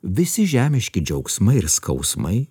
visi žemiški džiaugsmai ir skausmai